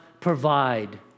provide